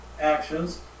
actions